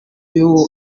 yaho